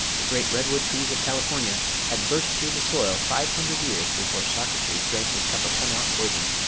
the great redwood trees of california had burst through the soil five hundred years before socrates drank his cup of hemlock poison,